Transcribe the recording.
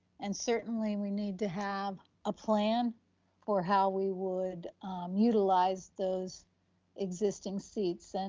and certainly we need to have a plan for how we would utilize those existing seats. and